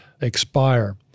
expire